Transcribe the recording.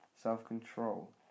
Self-control